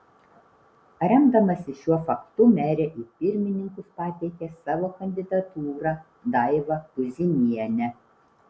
remdamasi šiuo faktu merė į pirmininkus pateikė savo kandidatūrą daivą puzinienę